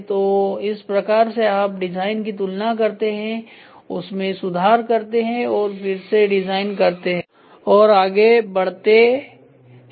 तो इस प्रकार से आप डिजाइन की तुलना करते हैं उसमें सुधार करते हैं और फिर से डिजाइन करते हैं और आगे बढ़ते हैं जाते हैं